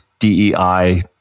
DEI